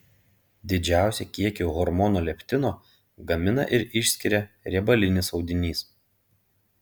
didžiausią kiekį hormono leptino gamina ir išskiria riebalinis audinys